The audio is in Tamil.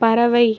பறவை